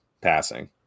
passing